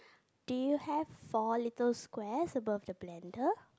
do you have four little squares above the blender